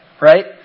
Right